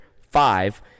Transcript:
five